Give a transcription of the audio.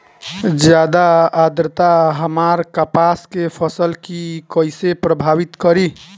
ज्यादा आद्रता हमार कपास के फसल कि कइसे प्रभावित करी?